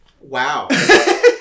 Wow